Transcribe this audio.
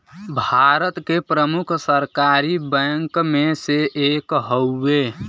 भारत के प्रमुख सरकारी बैंक मे से एक हउवे